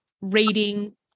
reading